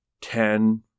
ten